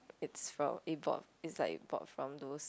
it's from it bought~ it's like bought from those